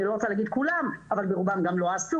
אני לא רוצה לומר כולם אבל רובם לא עשו,